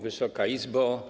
Wysoka Izbo!